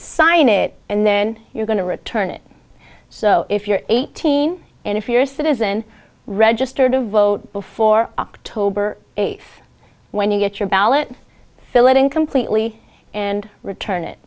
sign it and then you're going to return it so if you're eighteen and if you're a citizen registered to vote before october eighth when you get your ballot fill it in completely and return it